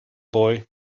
boy